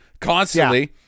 constantly